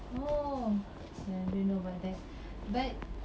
oh is it I don't know about that but